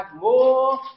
more